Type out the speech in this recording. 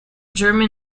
german